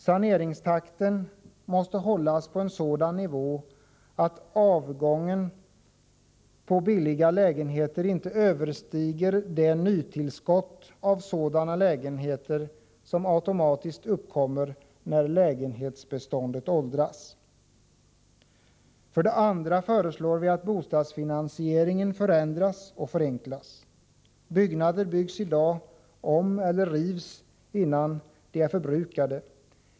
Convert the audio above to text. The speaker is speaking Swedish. Saneringstakten måste hållas på en sådan nivå att avgången av billiga lägenheter inte överstiger det nytillskott av sådana lägenheter som automatiskt uppkommer när lägenhetsbeståndet åldras. För det andra föreslår vi att bostadsfinansieringen förändras och förenklas. Byggnader byggs i dag om eller rivs innan de är förbrukade.